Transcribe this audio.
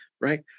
right